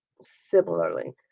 similarly